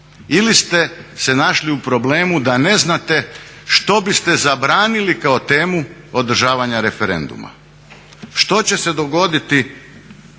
Ili ste se našli u problemu da ne znate što biste zabranili kao temu održavanja referenduma. Što će se dogoditi